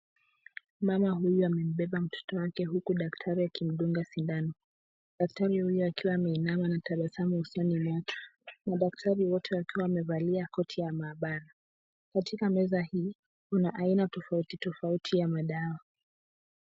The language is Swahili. Mama huyu amembeba mtoto wake huku daktari akimdunga sindano, daktari huyo akiwa ameinama ana tabasamu usoni mwake madaktari wote wakiwa wamevalia koti ya maabara. Katika meza hii kuna aina tofauti tofauti ya madawa.